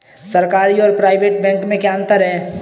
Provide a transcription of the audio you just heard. सरकारी और private bank में क्या अंतर है?